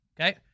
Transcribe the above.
Okay